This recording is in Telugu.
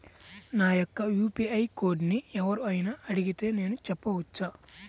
నా యొక్క యూ.పీ.ఐ కోడ్ని ఎవరు అయినా అడిగితే నేను చెప్పవచ్చా?